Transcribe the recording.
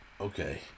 Okay